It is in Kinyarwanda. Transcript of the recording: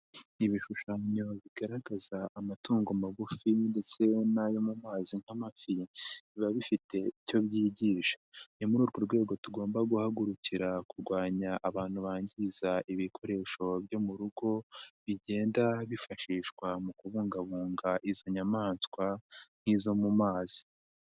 Ibishushanyoyo bigaragaza amatungo magufi ndetse n'ayo mu mazi nk'amafi biba bifite icyo byigisha ni muri urwo rwego tugomba guhagurukira kurwanya abantu bangiza ibikoresho byo mu rugo bigenda bifashishwa mu kubungabunga izo nyamaswa nk'izo mu mazi.